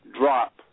drop